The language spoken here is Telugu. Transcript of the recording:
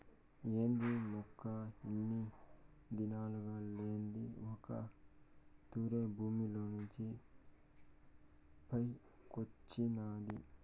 ఏంది మొక్క ఇన్ని దినాలుగా లేంది ఒక్క తూరె భూమిలోంచి పైకొచ్చినాది